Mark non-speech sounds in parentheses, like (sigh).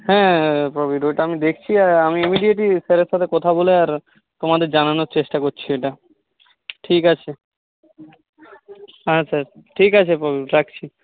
হ্যাঁ (unintelligible) ভিডিওটা আমি দেখছি আর আমি ইমেডিয়েটলি স্যারের সাথে কথা বলে আর তোমাদের জানানোর চেষ্টা করছি ওইটা ঠিক আছে আচ্ছা ঠিক আছে (unintelligible) রাখছি